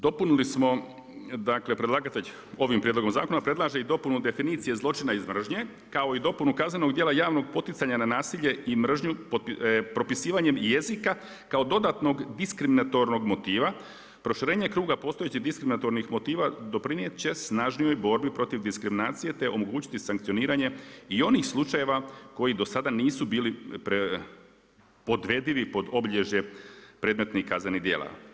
Dopunili smo, dakle predlagatelj ovim prijedlogom zakona predlaže i dopunu definicije zločina iz mržnje kao i dopunu kaznenog djela javnog poticanja na nasilje i mržnju propisivanjem jezika kao dodatnog diskriminatornog motiva, proširenje kruga postojećih diskriminatornih motiva doprinijet će snažnijoj borbi protiv diskriminacije, te omogućiti sankcioniranje i onih slučajeva koji do sada nisu bili podvedivi pod obilježje predmetnih kaznenih djela.